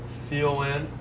fuel in.